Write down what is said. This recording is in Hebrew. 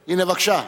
הנה, בבקשה.